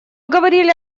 говорили